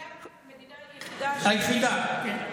זו המדינה היחידה, היחידה, כן.